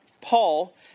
Paul